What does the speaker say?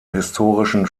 historischen